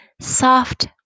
soft